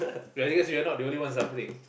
ya because we are not the only one suffering